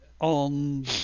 on